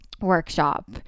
workshop